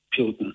Putin